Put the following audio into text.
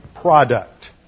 product